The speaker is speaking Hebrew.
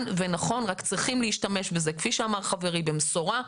ונכון אבל כפי שאמר חברי צריך להשתמש בזה במסורה,